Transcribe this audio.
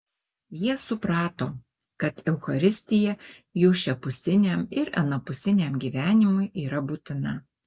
jie suprato kad eucharistija jų šiapusiniam ir anapusiniam gyvenimui yra būtina